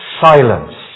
silence